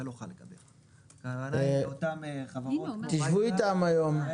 ארביטראז' יכול לבוא לידי ביטוי בדבר